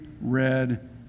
red